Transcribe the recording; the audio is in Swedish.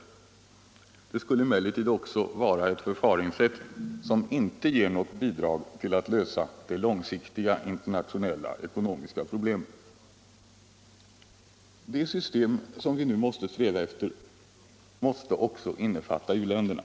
Det skulle emellertid vara ett förfaringssätt, som inte ger något bidrag till att lösa de långsiktiga internationella ekonomiska problemen. Nr 40 "Det system som vi nu måste sträva efter bör innefatta u-länderna.